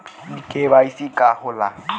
इ के.वाइ.सी का हो ला?